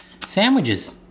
Sandwiches